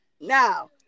Now